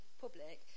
public